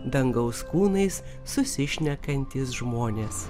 dangaus kūnais susišnekantys žmonės